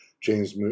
james